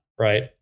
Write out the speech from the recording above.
Right